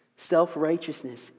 Self-righteousness